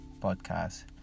podcast